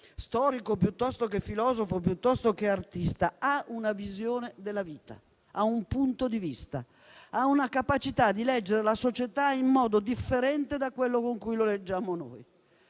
storico, filosofo o artista, ha una visione della vita, un punto di vista e una capacità di leggere la società in modo differente da quello con cui lo leggiamo noi.